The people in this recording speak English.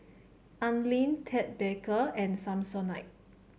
Anlene Ted Baker and Samsonite